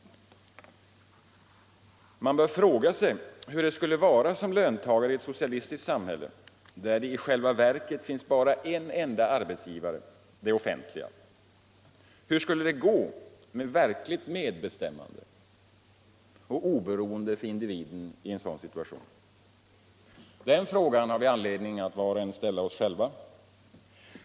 Man bör fråga sig hur det skulle vara som löntagare i ett socialistiskt samhälle där det i själva verket finns bara en enda arbetsgivare, det offentliga. Hur skulle det gå med verkligt medbestämmande och oberoende för individen i en sådan situation? Den frågan har var och en anledning att ställa sig.